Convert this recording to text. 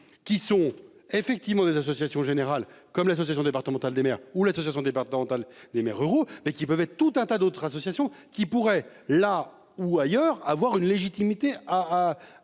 qui sont effectivement des associations générales comme l'Association départementale des maires ou l'association départementale des maires ruraux mais qui peuvent être tout un tas d'autres associations qui pourraient là ou ailleurs, avoir une légitimité à